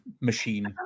machine